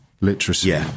literacy